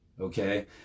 okay